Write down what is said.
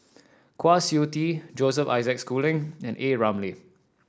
Kwa Siew Tee Joseph Isaac Schooling and A Ramli